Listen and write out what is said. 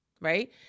right